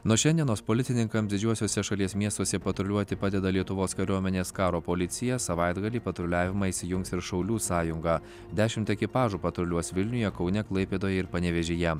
nuo šiandienos policininkam didžiuosiuose šalies miestuose patruliuoti padeda lietuvos kariuomenės karo policija savaitgalį patruliavimą įsijungs ir šaulių sąjunga dešimt ekipažų patruliuos vilniuje kaune klaipėdoje ir panevėžyje